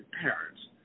parents